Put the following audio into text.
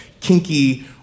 kinky